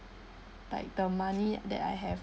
like the money that I have